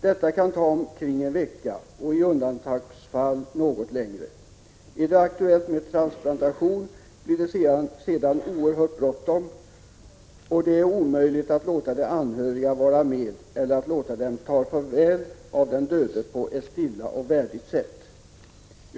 Detta kan ta omkring en vecka och i undantagsfall något längre. Är det aktuellt med transplantation, blir det sedan oerhört bråttom; och det är omöjligt att låta de anhöriga vara med eller att låta dem ta farväl av den döde på ett stilla och värdigt sätt.